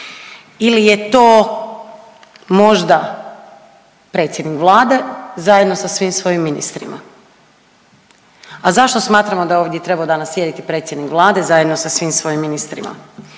ili je to možda predsjednik vlade zajedno sa svim svojim ministrima? A zašto smatramo da je ovdje trebao danas sjediti predsjednik vlade zajedno sa svim svojim ministrima